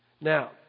Now